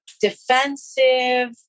defensive